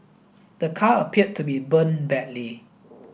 the car appeared to be burnt badly